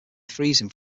freezing